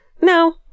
no